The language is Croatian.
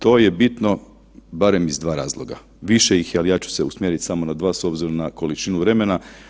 To je bitno barem iz dva razloga, više ih je, ali ja ću se usmjeriti samo na dva s obzirom na količinu vremena.